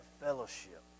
fellowship